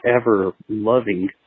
ever-loving